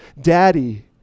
daddy